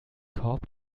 korb